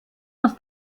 aus